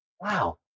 wow